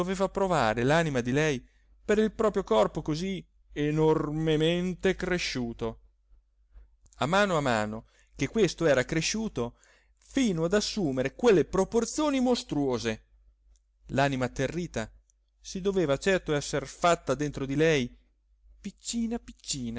forse doveva provare l'anima di lei per il proprio corpo così enormemente cresciuto a mano a mano che questo era cresciuto fino ad assumere quelle proporzioni mostruose l'anima atterrita si doveva certo esser fatta dentro di lei piccina